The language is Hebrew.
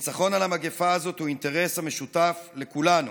ניצחון על המגפה הזאת הוא אינטרס המשותף לכולנו,